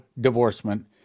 Divorcement